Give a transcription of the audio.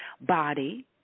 Body